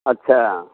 अच्छा